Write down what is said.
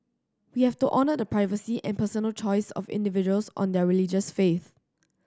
we have to honour the privacy and personal choice of individuals on their religious faith